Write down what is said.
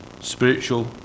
spiritual